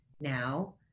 now